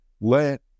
let